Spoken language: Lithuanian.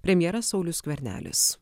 premjeras saulius skvernelis